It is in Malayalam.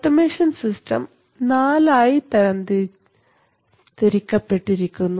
ഓട്ടോമേഷൻ സിസ്റ്റം നാലായി തരം തിരിക്കപ്പെട്ടിരിക്കുന്നു